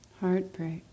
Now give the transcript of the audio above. heartbreak